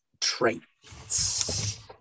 traits